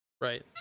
Right